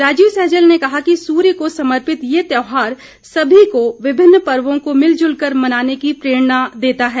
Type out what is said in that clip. राजीव सहजल ने कहा कि सूर्य को समर्पित ये त्यौहार सभी को विभिन्न पर्वो को मिलजुल कर मनाने की प्रेरणा देता है